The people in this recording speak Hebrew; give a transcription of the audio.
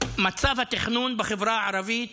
שמצב התכנון בחברה הערבית